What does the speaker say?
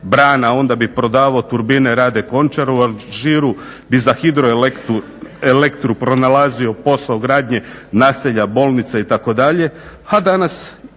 brana onda bi prodavao turbine Rade Končaru, Aližiru bi za hidroelektru pronalazio posao gradnje naselja, bolnice itd.,